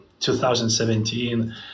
2017